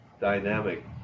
Dynamic